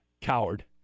Coward